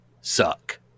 Suck